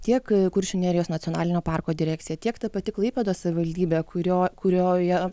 tiek kuršių nerijos nacionalinio parko direkcija tiek ta pati klaipėdos savivaldybė kurio kurioje